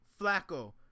Flacco